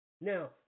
Now